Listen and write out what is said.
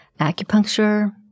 acupuncture